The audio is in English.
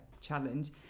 challenge